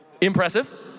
Impressive